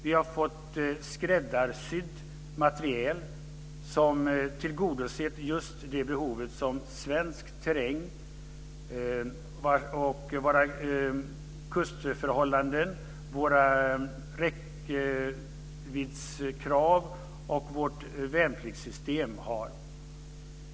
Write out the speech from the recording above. Vi har fått skräddarsydd materiel som tillgodosett just de behov som vi har när det gäller svensk terräng, våra kustförhållanden, våra räckviddskrav och vårt värnpliktssystem.